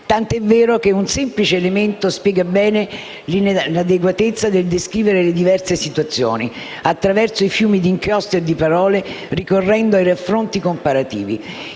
Tanto è vero che un semplice elemento spiega bene l'inadeguatezza del descrivere le diverse situazioni attraverso i fiumi di inchiostro e di parole, ricorrendo ai raffronti comparativi.